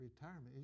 retirement